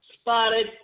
spotted